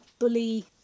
Bully